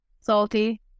salty